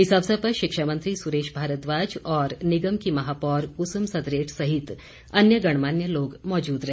इस अवसर पर शिक्षा मंत्री सुरेश भारद्वाज और निगम की महापौर कुसुम सदरेट सहित अन्य गणमान्य लोग मौजूद रहे